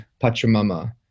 Pachamama